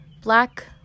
Black